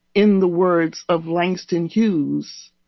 in the words of langston hughes,